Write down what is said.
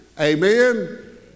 Amen